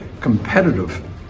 Competitive